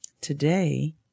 today